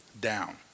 down